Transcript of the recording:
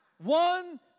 one